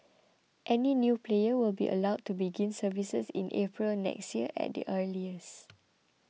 any new player will be allowed to begin services in April next year at the earliest